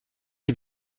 les